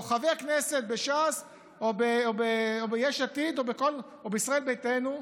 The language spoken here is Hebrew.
או חבר כנסת בש"ס או ביש עתיד או בישראל ביתנו,